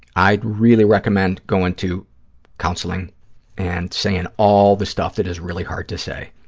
i'd really recommend going to counseling and saying all the stuff that is really hard to say.